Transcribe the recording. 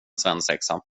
svensexa